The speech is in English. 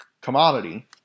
commodity